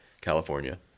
California